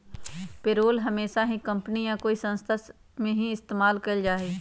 payroll हमेशा ही company या कोई संस्था में ही इस्तेमाल कइल जाहई